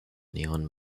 neon